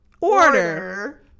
order